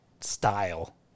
style